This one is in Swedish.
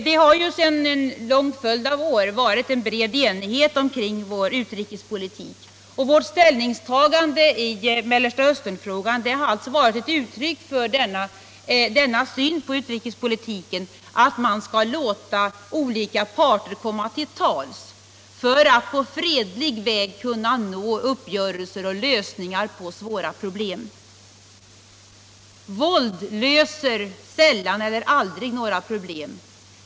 Det har sedan en lång följd av år varit bred enighet kring vår utrikespolitik. Vårt ställningstagande i Mellersta Östern-frågan har alltså varit uttryck för en uppfattning —- nämligen att låta olika parter komma till tals för att på fredlig väg kunna nå uppgörelser och lösningar på svåra problem. Våld löser sällan eller aldrig några problem.